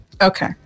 Okay